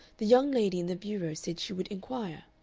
the young lady in the bureau said she would inquire,